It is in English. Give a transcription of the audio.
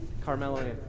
Carmelo